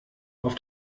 auf